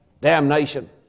damnation